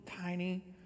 tiny